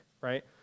right